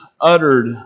uttered